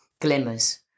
glimmers